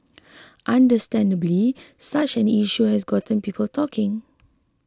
understandably such an issue has gotten people talking